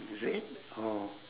is it oh